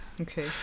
okay